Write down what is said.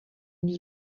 new